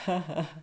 !huh!